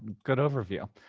good overview.